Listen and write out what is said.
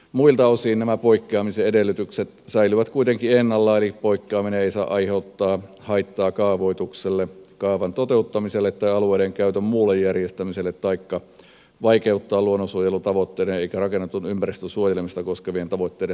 muilta osin nämä poikkeamisen edellytykset säilyvät kuitenkin ennallaan eli poikkeaminen ei saa aiheuttaa haittaa kaavoitukselle kaavan toteuttamiselle tai alueiden käytön muulle järjestämiselle taikka vaikeuttaa luonnonsuojelutavoitteiden tai rakennetun ympäristön suojelemista koskevien tavoitteiden saavuttamista